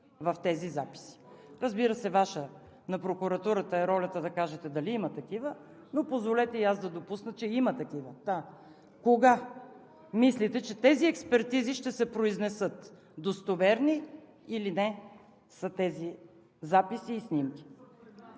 в тези записи? Разбира се, Ваша – на прокуратурата, е ролята да кажете дали има такива, но позволете и аз да допусна, че има такива. Кога мислите, че тези експертизи ще се произнесат – достоверни или не са тези записи и снимки?